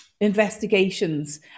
investigations